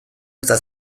eta